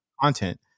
content